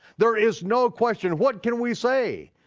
there is no question, what can we say?